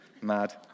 Mad